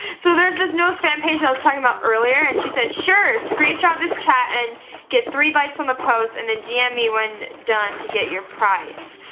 so there's this newest fan page i was talking about earlier and she said sure, screenshot this chat and get three likes on the post and then dm when done to get your price.